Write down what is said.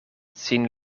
sin